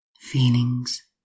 feelings